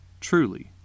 truly